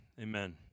Amen